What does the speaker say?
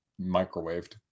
microwaved